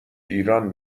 ایران